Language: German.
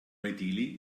delhi